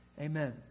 Amen